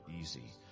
easy